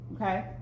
okay